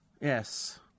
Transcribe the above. yes